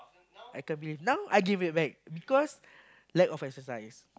I can't believe now I gain weight back because lack of exercise